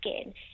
skin